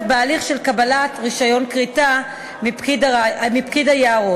בהליך של קבלת רישיון כריתה מפקיד היערות.